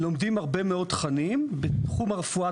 לומדים הרבה מאוד תכנים בתחום הרפואה